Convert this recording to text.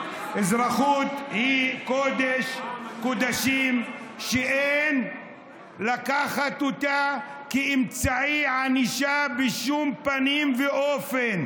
אזרחות היא קודש קודשים ואין לקחת אותה כאמצעי ענישה בשום פנים ואופן.